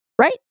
Right